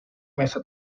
meza